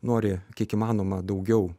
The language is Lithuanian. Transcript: nori kiek įmanoma daugiau